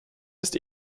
ist